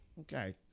Okay